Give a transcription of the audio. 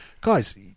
guys